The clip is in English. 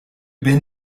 been